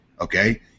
okay